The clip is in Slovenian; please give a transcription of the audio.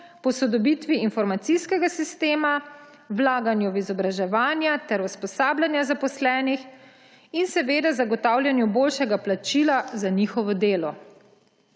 posodobitvi informacijskega sistema, vlaganju v izobraževanja ter usposabljanja zaposlenih in zagotavljanju boljšega plačila za njihovo delo.